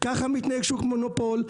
ככה מתנהג שוק מונופול?